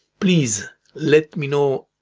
please let me know,